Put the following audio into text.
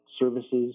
services –